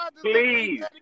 Please